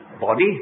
body